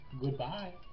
Goodbye